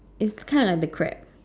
its kind of like the crab